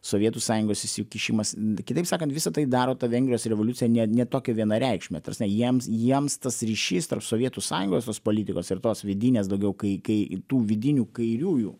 sovietų sąjungos įsikišimas kitaip sakant visa tai daro tą vengrijos revoliuciją net ne tokią vienareikšmę ta rsme jiems jiems tas ryšys tarp sovietų sąjungos tos politikos ir tos vidinės daugiau kai kai tų vidinių kairiųjų